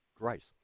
Grace